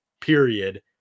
period